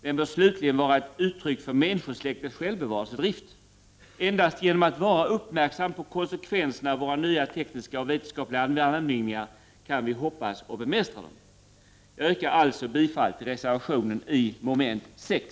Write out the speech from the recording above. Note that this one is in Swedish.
Den bör slutligen vara ett uttryck för människosläktets självbevarelsedrift: endast genom att vara uppmärksam på konsekvenserna av våra nya tekniska och vetenskapliga landvinningar kan vi hoppas kunna bemästra dem. Jag yrkar alltså bifall till reservationen i moment 6